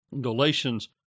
Galatians